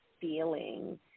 feeling